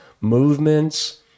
movements